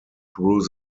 through